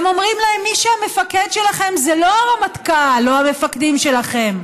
הם אומרים להם: המפקד שלכם זה לא הרמטכ"ל או המפקדים שלכם,